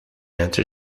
answer